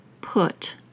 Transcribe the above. Put